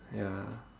ya